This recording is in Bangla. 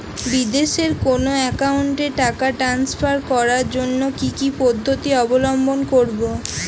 বিদেশের কোনো অ্যাকাউন্টে টাকা ট্রান্সফার করার জন্য কী কী পদ্ধতি অবলম্বন করব?